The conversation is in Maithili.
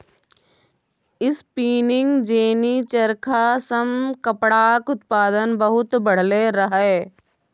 स्पीनिंग जेनी चरखा सँ कपड़ाक उत्पादन बहुत बढ़लै रहय